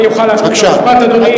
אני אוכל להשלים את המשפט, אדוני?